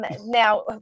Now